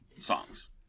songs